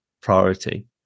priority